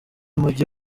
umujyi